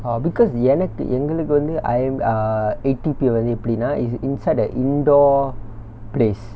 oh because எனக்கு எங்களுக்கு வந்து:enakku engalukku vanthu I'm err A_T_P வந்து எப்டினா:vanthu epdinaa is inside the indoor place